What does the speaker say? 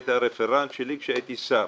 היית הרפרנט שלי כשהייתי שר.